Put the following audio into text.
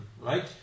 Right